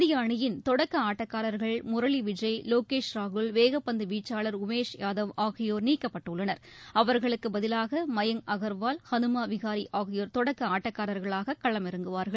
இந்திய அணியின் தொடக்க ஆட்டக்காரர்கள் முரளி விஜய் வோகேஷ் ராகுல் வேகப்பந்து வீச்சாளர் உமேஷ் யாதவ் ஆகியோர் நீக்கப்பட்டுள்ளனர் அவர்களுக்கு பதிலாக மயங்க் அகர்வால் ஹனுமா விகாரி ஆகியோர் தொடக்க ஆட்டக்காரர்களாக களமிறங்குவார்கள்